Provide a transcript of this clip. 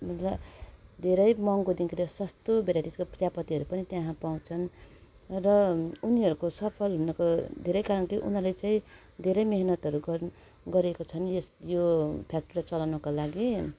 र धेरै महँगोदेखि लिएर सस्तो भेराइटिजको चियापत्तीहरू पनि त्यहाँ पाउँछन् र उनीहरूको सफल हुनको धेरै कारण थियो उनीहरूले चाहिँ धेरै मिहिनेतहरू गर् गरेको छन् यो फ्याक्ट्री चलाउनको लागि